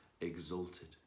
exalted